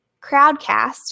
Crowdcast